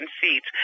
seats